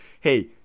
hey